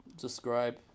describe